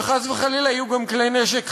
וחס וחלילה יהיו גם כלי נשק חמים.